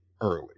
early